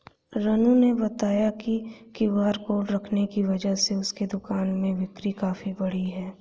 रानू ने बताया कि क्यू.आर कोड रखने की वजह से उसके दुकान में बिक्री काफ़ी बढ़ी है